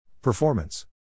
Performance